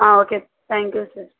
okay thank you sir